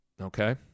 Okay